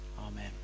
Amen